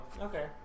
okay